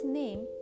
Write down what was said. name